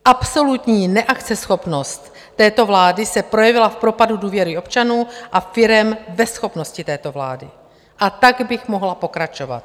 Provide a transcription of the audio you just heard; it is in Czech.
Absolutní neakceschopnost této vlády se projevila v propadu důvěry občanů a firem ve schopnosti této vlády, a tak bych mohla pokračovat.